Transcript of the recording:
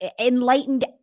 enlightened